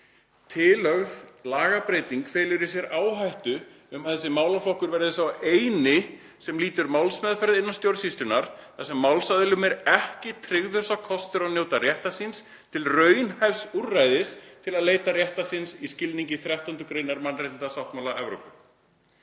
Tillögð lagabreyting felur í sér áhættu um að þessi málaflokkur verði sá eini sem lýtur málsmeðferð innan stjórnsýslunnar þar sem málsaðilum er ekki tryggður sá kostur að njóta réttar síns til raunhæfs úrræðis til að leita réttar síns í skilningi 13. gr. Mannréttindasáttmála Evrópu.“